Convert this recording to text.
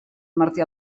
martí